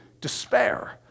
Despair